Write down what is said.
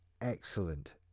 excellent